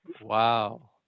Wow